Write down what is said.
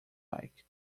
like